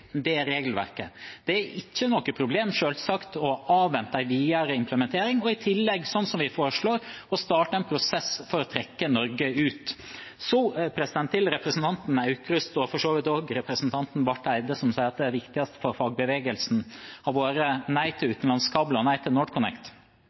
regelverket. Det er selvsagt ikke noe problem å avvente en videre implementering og i tillegg, som vi foreslår, starte en prosess for å trekke Norge ut. Så til representanten Aukrust og for så vidt også til representanten Barth Eide, som sier at det viktigste for fagbevegelsen har vært nei til